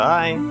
Bye